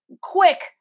quick